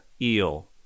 eel